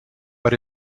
but